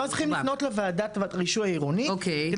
צריכים לפנות לוועדת רישוי העירונית כדי